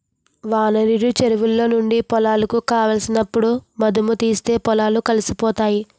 వాననీరు చెరువులో నుంచి పొలాలకు కావలసినప్పుడు మధుముతీస్తే పొలాలు కలిసిపోతాయి